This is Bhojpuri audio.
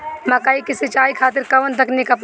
मकई के सिंचाई खातिर कवन तकनीक अपनाई?